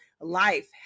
life